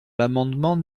l’amendement